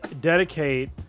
dedicate